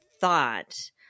thought